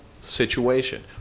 situation